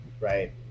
right